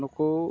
ᱱᱩᱠᱩ